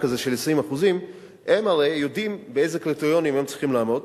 הזה של 20%. הם הרי יודעים באיזה קריטריונים הם צריכים לעמוד,